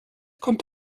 kommt